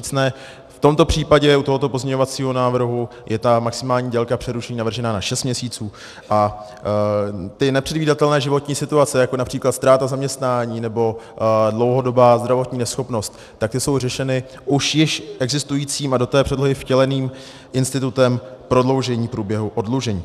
V tomto případě u tohoto pozměňovacího návrhu je maximální délka přerušení navržena na šest měsíců, a ty nepředvídatelné životní situace, jako například ztráta zaměstnání nebo dlouhodobá zdravotní neschopnost, ty jsou řešeny už již existujícím a do předlohy vtěleným institutem prodloužení průběhu oddlužení.